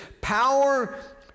power